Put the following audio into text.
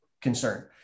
concern